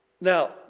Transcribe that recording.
Now